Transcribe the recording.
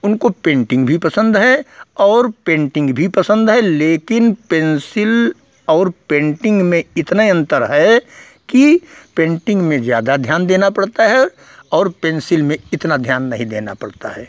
उनको पेन्टिन्ग भी पसन्द है और पेन्टिन्ग भी पसन्द है लेकिन पेन्सिल और पेन्टिन्ग में इतना ही अन्तर है कि पेन्टिन्ग में ज़्यादा ध्यान देना पड़ता है और पेन्सिल में इतना ध्यान नहीं देना पड़ता है